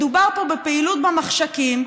מדובר פה בפעילות במחשכים,